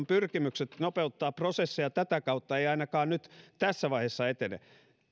pyrkimykset nopeuttaa prosesseja tätä kautta eivät ainakaan nyt tässä vaiheessa etene